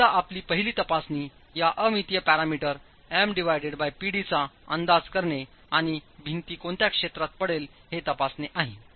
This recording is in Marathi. तर मूलत आपली पहिली तपासणी या अ मितीय पॅरामीटर MPd चा अंदाज करणेआणि भिंत कोणत्या क्षेत्रात पडेल हे तपासणे आहे